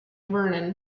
vernon